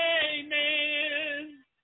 Amen